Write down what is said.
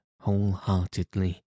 wholeheartedly